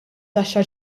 taxxa